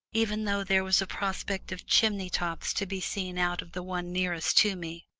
even though there was a prospect of chimney-tops to be seen out of the one nearest to me,